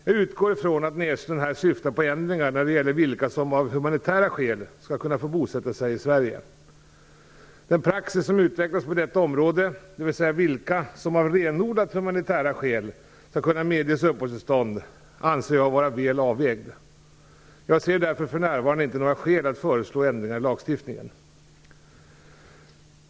Jag utgår från att Näslund här syftar på ändringar när det gäller vilka som av humanitära skäl skall kunna få bosätta sig i Sverige. Den praxis som utvecklats på detta område, dvs. vilka som av renodlat humanitära skäl skall kunna medges uppehållstillstånd, anser jag vara väl avvägd. Jag ser därför för närvarande inte några skäl att föreslå ändringar i lagstiftningen.